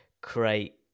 create